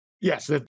Yes